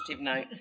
note